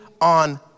on